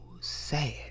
sad